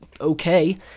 okay